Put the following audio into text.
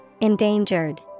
Endangered